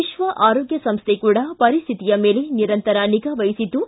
ವಿಶ್ವ ಆರೋಗ್ಯ ಸಂಸ್ಥೆ ಕೂಡ ಪರಿಸ್ಥಿತಿಯ ಮೇಲೆ ನಿರಂತರ ನಿಗಾ ವಹಿಸಿದ್ದು